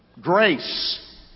Grace